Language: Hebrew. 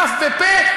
אף ופה.